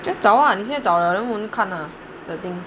just 找 ah 你现在找了 then 我们看那个 the thing